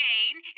Jane